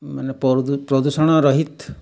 ମାନେ ପ୍ରଦୂଷଣ ରହିତ୍